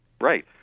Right